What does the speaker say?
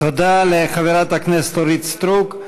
תודה לחברת הכנסת אורית סטרוק.